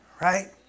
right